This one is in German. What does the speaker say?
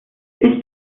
ich